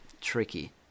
tricky